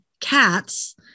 cats